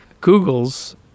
Google's